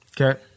Okay